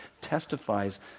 testifies